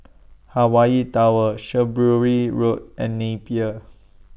Hawaii Tower Shrewsbury Road and Napier